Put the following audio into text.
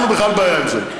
אין לנו בכלל בעיה עם זה.